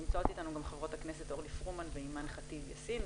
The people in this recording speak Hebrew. נמצאות איתנו גם חברות הכנסת אורלי פרומן ואימאן ח'טיב יאסים.